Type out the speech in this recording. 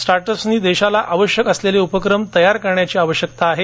स्टार्टअप्सनी देशाला आवश्यक असलेले उपक्रम तयार करण्याची आवश्यकता आहे